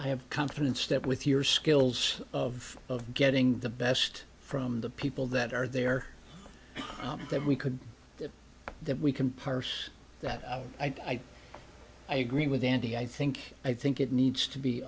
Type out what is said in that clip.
i have confidence that with your skills of getting the best from the people that are there that we could that we can parse that i agree with andy i think i think it needs to be